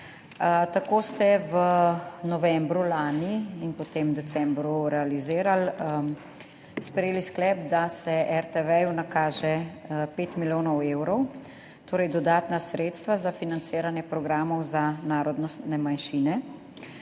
Tako ste novembra lani in potem decembra realizirali, sprejeli sklep, da se RTV nakaže 5 milijonov evrov, torej dodatna sredstva za financiranje programov za narodne manjšine.